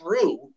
true